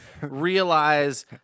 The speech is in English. realize